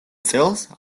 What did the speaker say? წელს